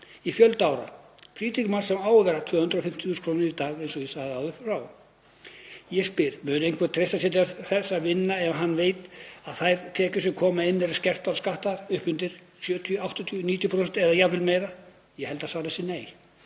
í fjölda ára, frítekjumark sem á að vera 250.000 kr. í dag, eins og ég sagði áður. Ég spyr: Mun einhver treysta sér til að vinna ef hann veit að þær tekjur sem koma inn eru skertar og skattaðar upp undir 70–90% eða jafnvel meira? Ég held að svarið sé nei,